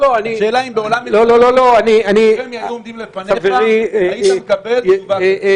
השאלה אם בעולם --- אם רמ"י היו עומדים לפניך היית מקבל תשובה כזאת?